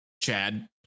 Chad